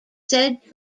said